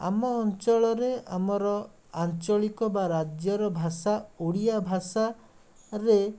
ଆମ ଅଞ୍ଚଳରେ ଆମର ଆଞ୍ଚଳିକ ବା ରାଜ୍ୟର ଭାଷା ଓଡ଼ିଆ ଭାଷାରେ